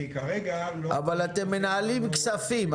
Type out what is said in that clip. כי כרגע לא --- אבל אתם מנהלים כספים,